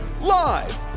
Live